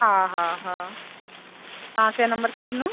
हा हा हा तव्हां खे नम्बर कंहिं ॾिनो